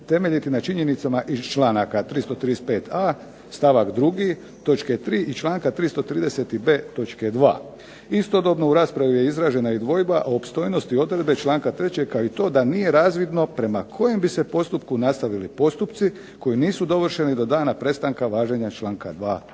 temeljiti na činjenicama iz članaka 335a. stavak drugi točke tri i članka 330b. točke dva. Istodobno u raspravi je izražena i dvojba o opstojnosti odredbe članka 3. i to da nije razvidno prema kojem bi se postupku nastavili postupci koji nisu dovršeni do dana prestanka važenja članka 2.